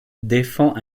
défend